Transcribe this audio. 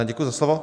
Děkuji za slovo.